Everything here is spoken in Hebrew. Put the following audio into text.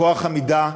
כוח עמידה,